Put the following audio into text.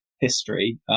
history